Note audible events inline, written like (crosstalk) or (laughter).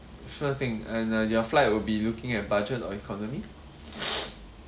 sure thing and uh your flight will be looking at budget or economy (noise)